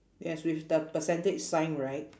yes with the percentage sign right